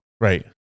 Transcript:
Right